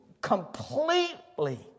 completely